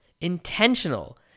intentional